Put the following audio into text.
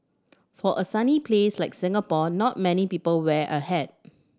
for a sunny place like Singapore not many people wear a hat